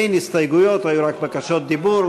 אין הסתייגות ואין בקשות דיבור,